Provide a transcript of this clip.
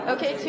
Okay